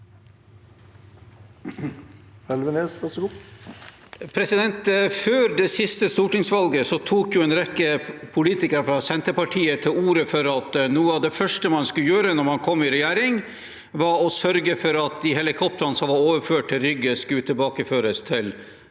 Før det siste stor- tingsvalget tok en rekke politikere fra Senterpartiet til orde for at noe av det første man skulle gjøre når man kom i regjering, var å sørge for at de helikoptrene som var overført til Rygge, skulle tilbakeføres til